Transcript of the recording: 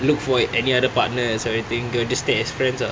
look for any other partners everything going to stay as friends ah